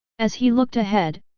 as he looked ahead,